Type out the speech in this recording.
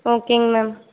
ஓகேங்க மேம்